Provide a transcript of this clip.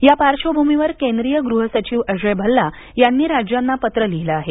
यापार्श्वभूमीवर केंद्रीय गृहसचिव अजय भल्ला यांनी राज्यांना पत्र लिहिलं आहे